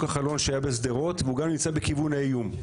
החלון שהיה בשדרות והוא גם נמצא בכיוון האיום.